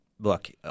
Look